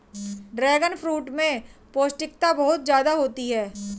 dragon fruit में पौष्टिकता बहुत ज्यादा होती है